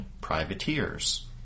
privateers